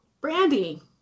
Brandy